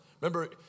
Remember